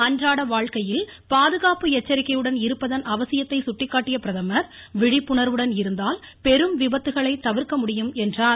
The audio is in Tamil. அன்றாட வாழ்க்கையில் பாதுகாப்பு எச்சரிக்கையுடன் இருப்பதன் அவசியத்தை சுட்டிக்காட்டிய பிரதமர் விழிப்புணர்வுடன் இருந்தால் பெரும் விபத்துகளை தவிர்க்க முடியும் என்றார்